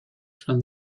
from